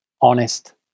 honest